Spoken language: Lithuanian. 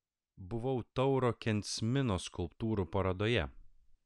buvau tauro kensmino skulptūrų parodoje